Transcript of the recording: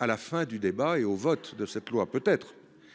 à la fin du débat et au vote de cette loi peut être.